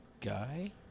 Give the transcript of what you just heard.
Guy